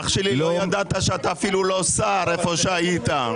אח שלי, לא ידעתי שאתה אפילו לא שר איפה שהיית.